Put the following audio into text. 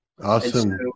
Awesome